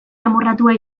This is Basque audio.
amorratua